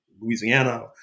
Louisiana